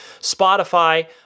Spotify